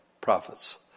prophets